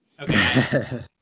okay